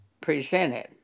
presented